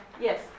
Yes